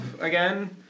again